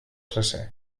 recer